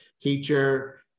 teacher